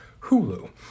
Hulu